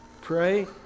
Pray